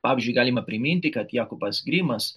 pavyzdžiui galima priminti kad jakobas grimas